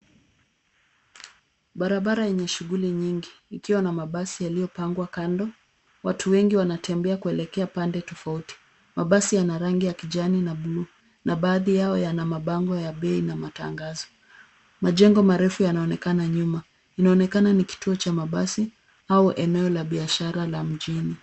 Barabara yenye shughuli nyingi ikiwa na mabasi yaliyopangwa kando. Watu wengi wanatembea kuelekea pande tofauti. Mabasi yana rangi ya kijani na bluu na baadhi yao yana mabango ya bei na matangazo. Majengo marefu yanaonekana nyuma. Inaonekana ni kituo cha mabasi au eneo la biashara la mjini.